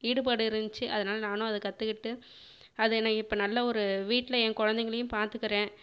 ஈடுபாடு இருந்துச்சு அதனால் நானும் அதை கற்றுக்கிட்டு அது என்னை இப்போ நல்ல ஒரு வீட்டில் என் குழந்தைங்களையும் பார்த்துக்கிறேன்